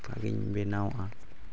ᱚᱱᱠᱟ ᱜᱤᱧ ᱵᱮᱱᱟᱣᱚᱜᱼᱟ